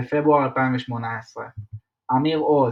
9 בפברואר 2018 אמיר עוז,